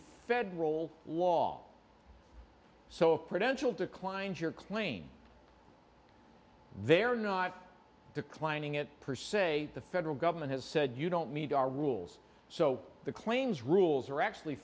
federal law so credential declined your claim they're not declining it perceval the federal government has said you don't meet our rules so the claims rules are actually